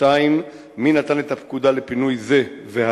2. מי נתן את הפקודה לפינוי זה ואחרים?